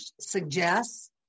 suggests